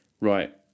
Right